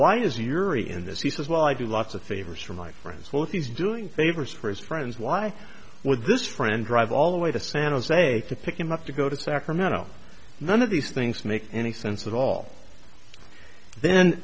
why is he your e in this he says well i do lots of favors for my friends well if he's doing favors for his friends why with this friend drive all the way to san jose to pick him up to go to sacramento none of these things make any sense at all then